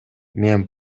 мен